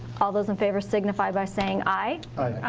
all those in favor signify by saying aye.